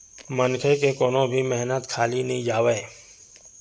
मनखे के कोनो भी मेहनत खाली नइ जावय